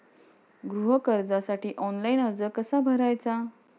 गृह कर्जासाठी ऑनलाइन अर्ज कसा भरायचा?